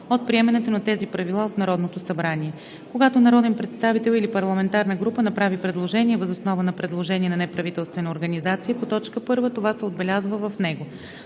от приемането на тези правила от Народното събрание. Когато народен представител или парламентарна група направи предложение въз основа на предложение на неправителствена организация по т. 1, това се отбелязва в него.